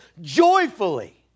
Joyfully